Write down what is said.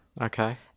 Okay